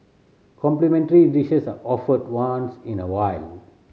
complimentary dishes are offered once in a while